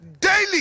daily